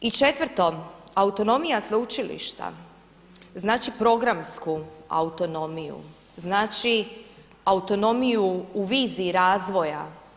I četvrto, autonomija sveučilišta znači programsku autonomiju, znači autonomiju u viziji razvoja.